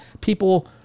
people